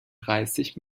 dreißig